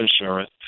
insurance